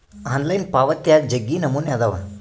online ಪಾವಾತ್ಯಾಗ ಜಗ್ಗಿ ನಮೂನೆ ಅದಾವ